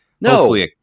no